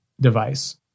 device